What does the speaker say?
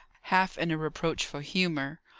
half in a reproachful humour,